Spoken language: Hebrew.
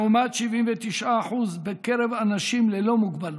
לעומת 79% בקרב אנשים ללא מוגבלות.